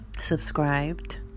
subscribed